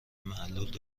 معلول